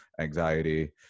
anxiety